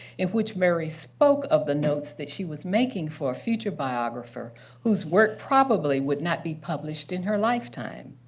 in which murray spoke of the notes that she was making for a future biographer whose work probably would not be published in her lifetime.